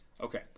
Okay